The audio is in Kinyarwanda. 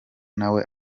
nawe